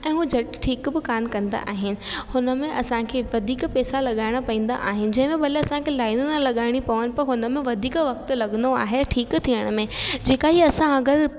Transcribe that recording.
ऐं उहो झटि ठीक बि कोन कंदा आहिनि हुन में असांखे वधीक पैसा लॻाइणा पवंदा आहिनि जंहिंमें भले असांखे लाइनियूं न लॻाइणी पवनि पर हुन में वधीक वक़्तु लॻंदो आहे ठीक थियण में जेका हीअ असां अगरि